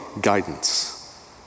guidance